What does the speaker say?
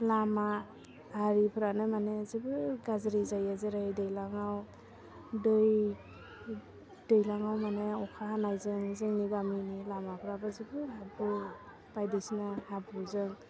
लामा आरिफ्रानो मानि जोबोद गाज्रि जायो जेरै दैलाङाव दै दैलाङाव मानि अखा हानायजों जोंनि गामिनि लामाफ्राबो जोबोद हाब्रु बायदिसिना हाब्रुजों